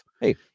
hey